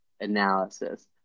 analysis